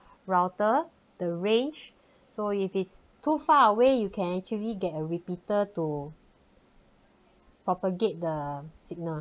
router the range so if it's too far away you can actually get a repeater to propagate the signal